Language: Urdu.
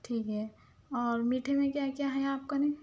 ٹھیک ہے اور میٹھے میں کیا کیا ہے آپ کے